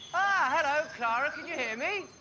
ah! hello, clara! can you hear me?